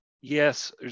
yes